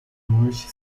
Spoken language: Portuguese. morte